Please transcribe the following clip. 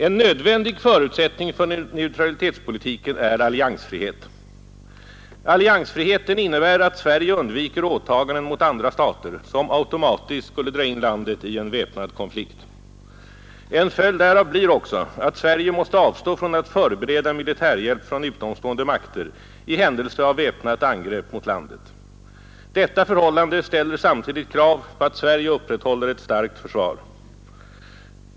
En nödvändig förutsättning för neutralitetspolitiken är alliansfrihet. Alliansfriheten innebär att Sverige undviker åtaganden mot andra stater som automatiskt skulle dra in landet i en väpnad konflikt. En följd därav blir också att Sverige måste avstå från att förbereda militärhjälp från utomstående makter i händelse av väpnat angrepp mot landet. Detta förhållande ställer samtidigt krav på att Sverige upprätthåller ett starkt försvar.